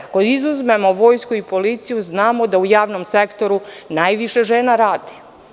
Ako izuzmemo vojsku i policiju, znamo da u javnom sektoru, najviše žena radi.